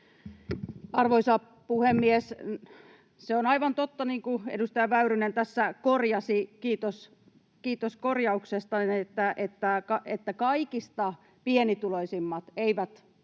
Arvoisa puhemies! Se on aivan totta, niin kuin edustaja Väyrynen tässä korjasi, kiitos korjauksesta, että kaikista pienituloisimmat on